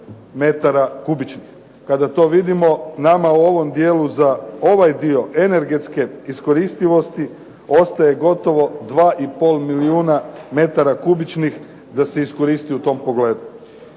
Kada to vidimo, nama u ovom dijelu za ovaj dio energetske iskoristivosti ostaje gotovo 2 i pol milijuna metara kubičnih da se iskoristi u tom pogledu.